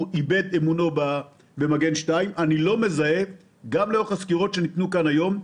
איבד את אמונו במגן 2. ולאורך הסקירות שניתנו כאן היום,